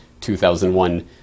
2001